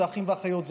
זה אחים ואחיות,